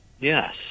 Yes